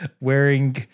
Wearing